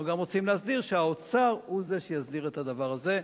ואנחנו גם רוצים להסדיר שהאוצר הוא זה שיסדיר את הדבר הזה.